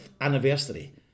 anniversary